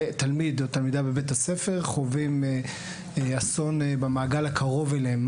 כשתלמיד או תלמידה בבית הספר חווים אסון במעגל הקרוב אליהם?